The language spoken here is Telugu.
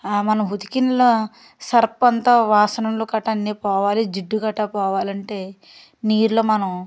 మనం ఉతికిన సర్ఫ్ అంతా వాసనలు గటా అన్నీ పోవాలి జిడ్డు గటా పోవాలంటే నీరులో మనం